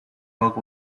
york